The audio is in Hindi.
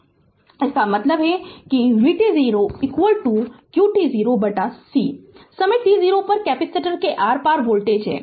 Refer Slide Time 1414 तो इसका मतलब है कि vt0 qt 0 बटा c समय t0 पर कैपेसिटर के आर पार वोल्टेज है